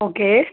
okay